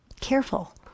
Careful